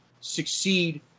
succeed